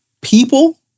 people